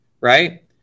right